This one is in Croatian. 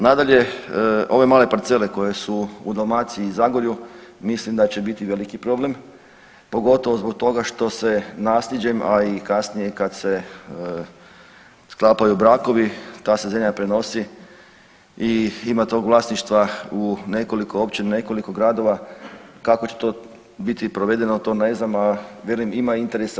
Nadalje, ove male parcele koje su u Dalmaciji i Zagorju mislim da će biti veliki problem, pogotovo zbog toga što se nasljeđem, a i kasnije kad se sklapaju brakovi ta se zemlja prenosi i ima tog vlasništva u nekoliko općina i nekoliko gradova, kako će to biti provedeno to ne znam, a velim ima interesa.